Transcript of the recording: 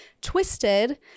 twisted